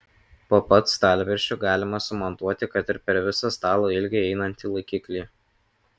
po pat stalviršiu galima sumontuoti kad ir per visą stalo ilgį einantį laikiklį